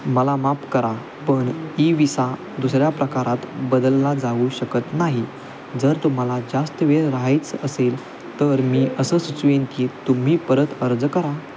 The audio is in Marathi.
मला माफ करा पण ई विसा दुसऱ्या प्रकारात बदलला जाऊ शकत नाही जर तुम्हाला जास्त वेळ राहायचं असेल तर मी असं सुचविन की तुम्ही परत अर्ज करा